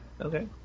Okay